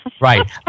Right